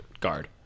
guard